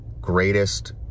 greatest